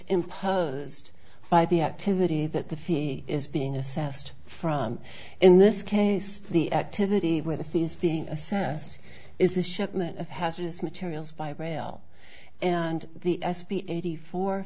imposed by the activity that the fee is being assessed from in this case the activity where the thing is being assessed is a shipment of hazardous materials by rail and the s b eighty four